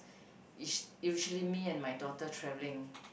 it's usually me and my daughter travelling